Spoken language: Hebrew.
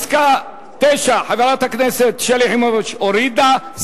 הסתייגות מס' 9, חברת הכנסת שלי יחימוביץ הורידה.